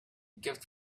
gift